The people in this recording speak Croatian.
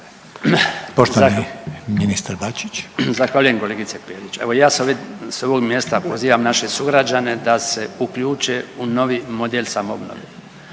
**Bačić, Branko (HDZ)** Zahvaljujem kolegice Perić. Evo ja s ovog mjesta pozivam naše sugrađane da se uključe u novi model samoobnove.